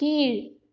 கீழ்